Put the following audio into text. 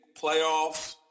playoffs –